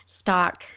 stock